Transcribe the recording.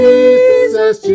Jesus